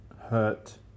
hurt